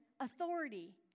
Authority